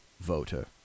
voter